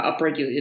upregulated